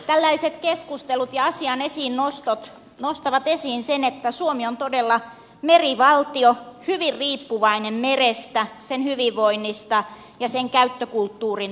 tällaiset keskustelut ja asian esiin nostot nostavat esiin sen että suomi on todella merivaltio hyvin riippuvainen merestä sen hyvinvoinnista ja sen käyttökulttuurin toimivuudesta